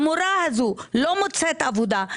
הדבר הזה לא מוצאת עבודה,